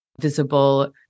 visible